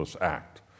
act